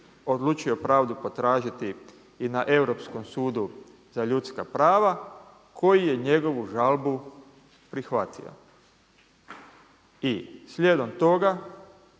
odlučio pravdu potražiti i na Europskom sudu za ljudska prava koji je njegovu žalbu prihvatio. I slijedom toga